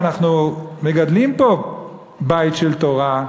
ואנחנו מגדלים פה בית של תורה,